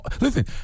Listen